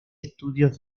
estudios